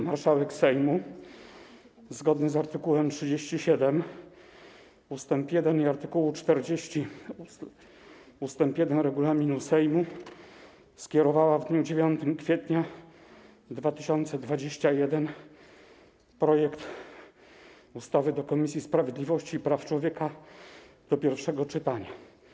Marszałek Sejmu, zgodnie z art. 37 ust. 1 i art. 40 ust. 1 regulaminu Sejmu, skierowała w dniu 9 kwietnia 2021 r. projekt ustawy do Komisji Sprawiedliwości i Praw Człowieka do pierwszego czytania.